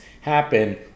happen